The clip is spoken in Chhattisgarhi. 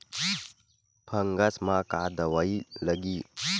फंगस म का दवाई लगी?